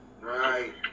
Right